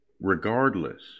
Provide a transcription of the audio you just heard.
regardless